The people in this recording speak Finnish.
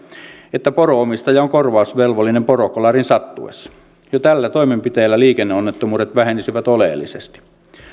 että poronomistaja on korvausvelvollinen porokolarin sattuessa jo tällä toimenpiteellä liikenneonnettomuudet vähenisivät oleellisesti